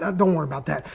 ah don't worry about that.